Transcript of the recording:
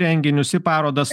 renginius į parodas